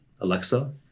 Alexa